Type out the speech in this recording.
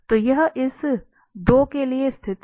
तो यह इस 2 के लिए स्थिति है